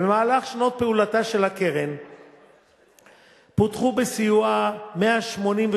במהלך שנות פעילותה של הקרן פותחו בסיועה 188